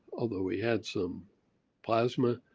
although we had some plasma,